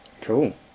Cool